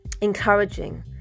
encouraging